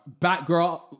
Batgirl